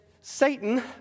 Satan